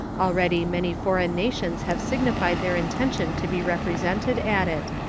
already many foreign nations have signified their intention to be represented at it,